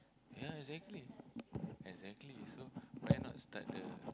ya exactly exactly so why not start the